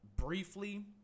briefly